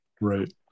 Right